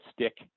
stick